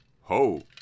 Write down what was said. ho